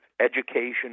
education